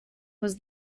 was